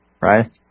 right